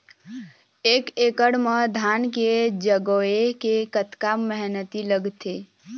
एक एकड़ म धान के जगोए के कतका मेहनती लगथे?